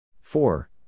Four